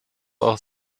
auch